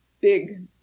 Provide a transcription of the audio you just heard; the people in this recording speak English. big